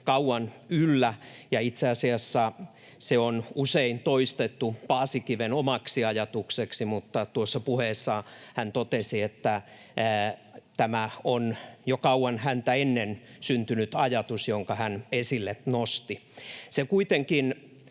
kauan yllä, ja itse asiassa se on usein toistettu Paasikiven omaksi ajatukseksi, mutta tuossa puheessaan hän totesi, että tämä on jo kauan häntä ennen syntynyt ajatus, jonka hän esille nosti. Se kuitenkin